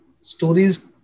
stories